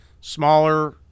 smaller